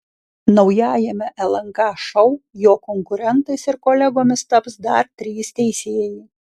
naujajame lnk šou jo konkurentais ir kolegomis taps dar trys teisėjai